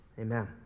Amen